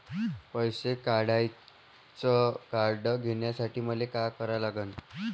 पैसा काढ्याचं कार्ड घेण्यासाठी मले काय करा लागन?